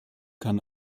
kann